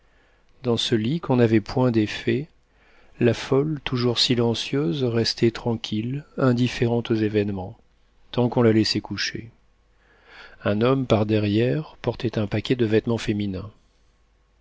dans ce lit qu'on n'avait point défait la folle toujours silencieuse restait tranquille indifférente aux événements tant qu'on la laissait couchée un homme par derrière portait un paquet de vêtements féminins